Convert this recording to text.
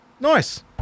Nice